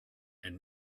and